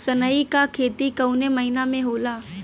सनई का खेती कवने महीना में होला?